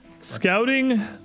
Scouting